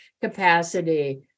capacity